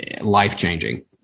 life-changing